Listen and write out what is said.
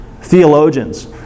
theologians